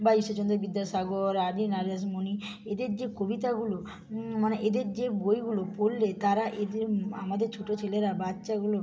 বা ঈশ্বরচন্দ্র বিদ্যাসাগর রানি না রাসমণি এদের যে কবিতাগুলো মানে এদের যে বইগুলো পড়লে তারা আমাদের ছোটো ছেলেরা বাচ্চাগুলো